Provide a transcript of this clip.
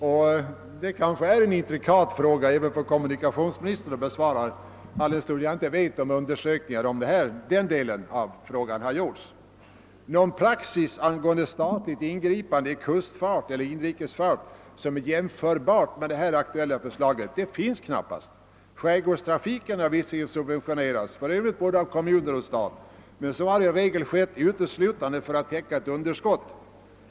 Det är kanske en intrikat fråga även för kommunikationsministern att besvara, alldenstund jag inte vet om undersökningar av den delen av frågan har gjorts. Någon praxis angående statligt ingripande i kustfart eller inrikesfart som är jämförbar med det här aktuella förslaget finns knappast. Skärgårdstrafiken är visserligen subventionerad, för övrigt av både kommuner och staten, men så har i regel skett uteslutande för att täcka underskott.